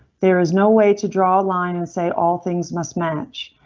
there is no way to draw line and say all things must match.